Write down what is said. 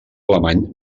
alemany